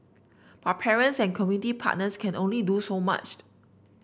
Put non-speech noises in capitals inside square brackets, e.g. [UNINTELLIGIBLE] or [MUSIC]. but parents and community partners can only do so much [UNINTELLIGIBLE]